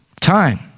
Time